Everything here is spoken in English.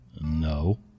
No